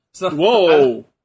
Whoa